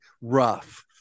rough